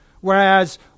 whereas